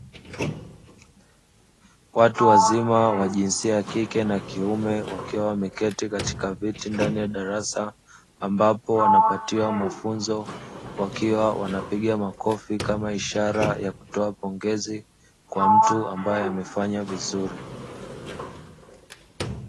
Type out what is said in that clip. Watu wazima wa jinsia ya kike na kiume wakiwa wameketi katika viti ndani ya darasa, ambapo wanapatiwa mafunzo wakiwa wanapiga makofi kama ishara ya kutoa pongezi kwa mtu ambaye amefanya vizuri.